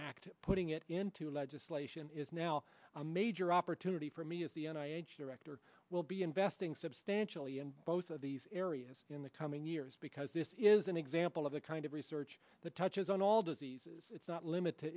act putting it into legislation is now a major opportunity for me as the director will be investing substantially in both of these areas in the coming years because this is an example of the kind of research that touches on all diseases it's not limited